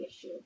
issue